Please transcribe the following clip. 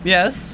Yes